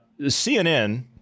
CNN